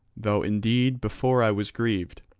though indeed before i was grieved.